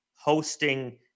hosting